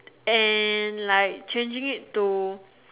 and like changing it to